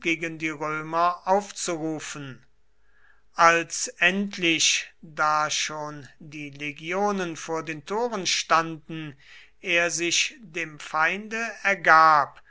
gegen die römer aufzurufen als endlich da schon die legionen vor den toren standen er sich dem feinde ergab